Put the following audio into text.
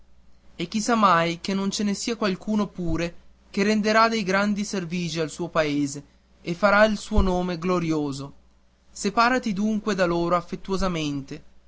e chi sa che non ce ne sia qualcuno pure che renderà dei grandi servigi al suo paese e farà il suo nome glorioso separati dunque da loro affettuosamente